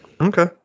Okay